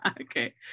Okay